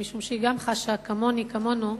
אלא משום שהיא חשה כמוני, כמונו.